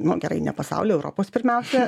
nu gerai ne pasaulio europos pirmiausia